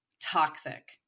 toxic